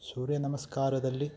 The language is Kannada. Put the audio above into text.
ಸೂರ್ಯ ನಮಸ್ಕಾರದಲ್ಲಿ